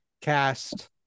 cast